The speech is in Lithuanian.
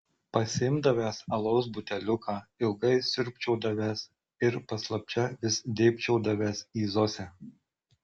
pasiimdavęs alaus buteliuką ilgai siurbčiodavęs ir paslapčia vis dėbčiodavęs į zosę